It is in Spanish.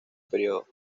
periodo